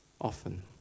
often